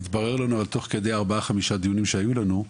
התברר לנו במהלך ארבעת או חמשת הדיונים שהיו לנו,